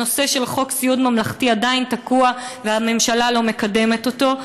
הנושא של חוק סיעוד ממלכתי עדיין תקוע והממשלה לא מקדמת אותו.